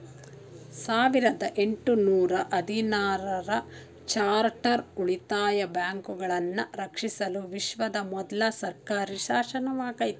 ಸಾವಿರದ ಎಂಟು ನೂರ ಹದಿನಾರು ರ ಚಾರ್ಟರ್ ಉಳಿತಾಯ ಬ್ಯಾಂಕುಗಳನ್ನ ರಕ್ಷಿಸಲು ವಿಶ್ವದ ಮೊದ್ಲ ಸರ್ಕಾರಿಶಾಸನವಾಗೈತೆ